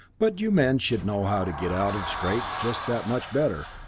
but you men should know how to get out of scrapes just that much better.